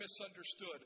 misunderstood